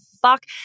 fuck